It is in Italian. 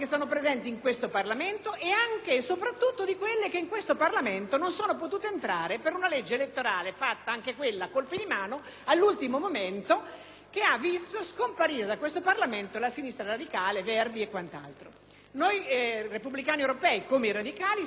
legge elettorale, fatta anche quella a colpi di mano, all'ultimo momento, che ha visto scomparire dal Parlamento la Sinistra radicale, i Verdi e altri. Noi Repubblicani europei, come i Radicali, siamo presenti all'interno del Partito Democratico, ma non siamo Partito Democratico: siamo forze alleate del Partito Democratico